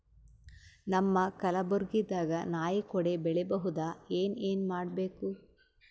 ನಮ್ಮ ಕಲಬುರ್ಗಿ ದಾಗ ನಾಯಿ ಕೊಡೆ ಬೆಳಿ ಬಹುದಾ, ಏನ ಏನ್ ಮಾಡಬೇಕು?